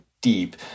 deep